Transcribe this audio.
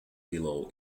below